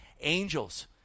angels